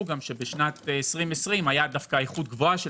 בשנת 2020 הייתה דווקא איכות גבוהה של